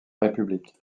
république